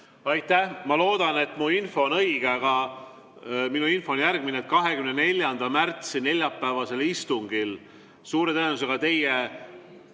Aitäh! Ma loodan, et mu info on õige, see on järgmine: 24. märtsi neljapäevasel istungil suure tõenäosusega teie